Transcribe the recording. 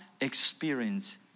experience